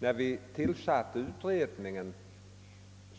När vi tillsatte den utredning